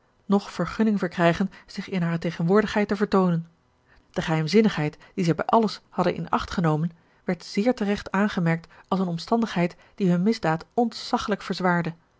noch vergunning verkrijgen zich in hare tegenwoordigheid te vertoonen de geheimzinnigheid die zij bij alles hadden in acht genomen werd zeer terecht aangemerkt als eene omstandigheid die hunne misdaad ontzaglijk